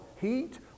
heat